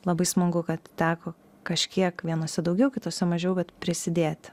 labai smagu kad teko kažkiek vienose daugiau kitose mažiau bet prisidėti